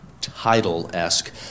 title-esque